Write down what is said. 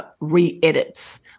re-edits